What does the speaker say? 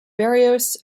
barrios